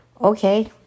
okay